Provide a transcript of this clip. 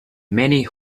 many